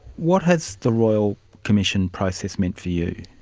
what has the royal commission process meant for you?